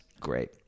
great